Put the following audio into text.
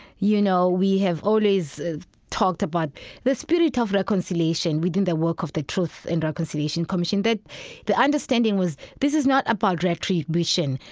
you know, we have always talked about the spirit of reconciliation within the work of the truth and reconciliation commission, that the understanding was, this is not about retribution,